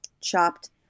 chopped